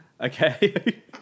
Okay